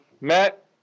Matt